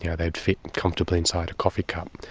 yeah they would fit comfortably inside a coffee cup,